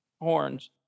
horns